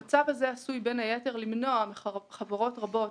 המצב הזה עשוי למנוע מחברות רבות